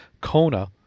Kona